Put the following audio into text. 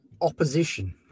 opposition